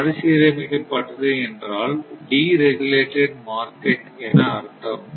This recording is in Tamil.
மறுசீரமைக்கபட்டது என்றால் டீ ரேகுலேட்டட் மார்கெட் என அர்த்தம்